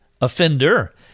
offender